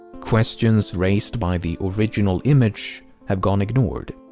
questions raised by the original image have gone ignored.